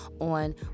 on